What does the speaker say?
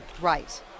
right